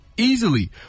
easily